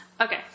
Okay